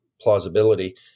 plausibility